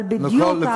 אבל בדיוק,